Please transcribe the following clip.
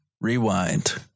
Rewind